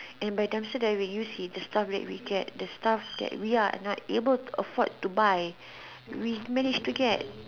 and by dumpster diving you see the stuff that we get the stuff that we are not able to afford to buy we manage to get